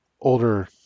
older